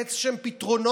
לתת שם פתרונות,